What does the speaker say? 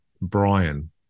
Brian